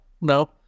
no